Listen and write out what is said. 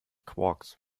quarks